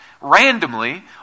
randomly